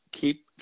keep